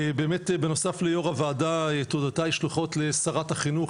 ובאמת בנוסף ליו"ר הוועדה תודותיי שלוחות לשרת החינוך,